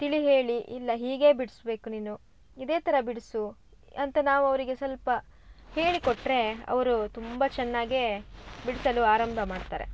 ತಿಳಿ ಹೇಳಿ ಇಲ್ಲ ಹೀಗೆ ಬಿಡಿಸ್ಬೇಕ್ ನೀನು ಇದೇ ಥರ ಬಿಡಿಸು ಅಂತ ನಾವು ಅವರಿಗೆ ಸ್ವಲ್ಪ ಹೇಳಿಕೊಟ್ಟರೇ ಅವರು ತುಂಬ ಚೆನ್ನಾಗೆ ಬಿಡಿಸಲು ಆರಂಭ ಮಾಡ್ತಾರೆ